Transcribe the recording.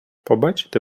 побачити